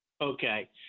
Okay